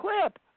clip